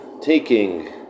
taking